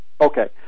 Okay